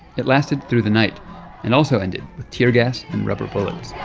it lasted through the night and also ended with tear gas and rubber bullets